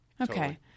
Okay